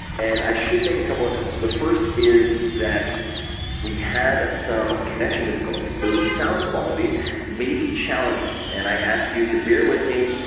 and i should make a couple of notes. the first is that we had some connection difficulties so the sound quality may be challenging. and i i ask you to bear with me.